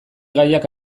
gaiak